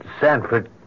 Sanford